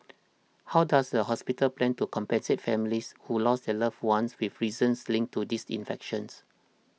how does the hospital plan to compensate families who lost their loved ones with reasons linked to this infections